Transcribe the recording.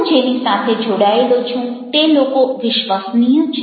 હું જેની સાથે જોડાયેલો છું તે લોકો વિશ્વસનીય છે